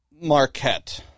Marquette